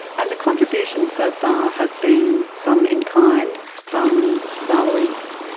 and the contribution so far has been some in-kind, some salaries,